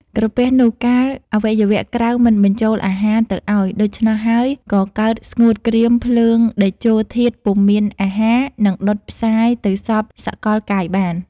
ក្រពះនោះ កាលអវយវៈ ក្រៅមិនបញ្ចូលអាហារទៅឲ្យដូច្នោះហើយ ក៏កើតស្ងួតក្រៀម ភ្លើង តេជោធាតុពុំមានអាហារ នឹងដុតផ្សាយទៅសព្វសកលកាយបាន។